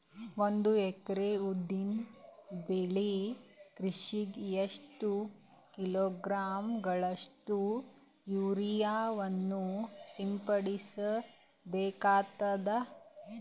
ಒಂದು ಎಕರೆ ಉದ್ದಿನ ಬೆಳೆ ಕೃಷಿಗೆ ಎಷ್ಟು ಕಿಲೋಗ್ರಾಂ ಗಳಷ್ಟು ಯೂರಿಯಾವನ್ನು ಸಿಂಪಡಸ ಬೇಕಾಗತದಾ?